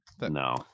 no